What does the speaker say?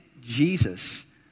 Jesus